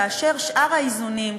כאשר שאר האיזונים,